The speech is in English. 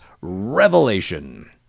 Revelation